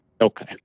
Okay